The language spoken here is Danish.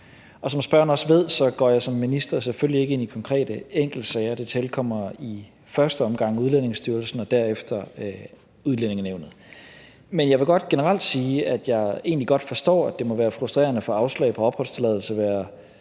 Som spørgeren også ved, går jeg som minister selvfølgelig ikke ind i konkrete enkeltsager. Det tilkommer i første gang Udlændingestyrelsen og derefter Udlændingenævnet. Men jeg vil godt generelt sige, at jeg egentlig godt forstår, at det må være frustrerende at få afslag på opholdstilladelse, at være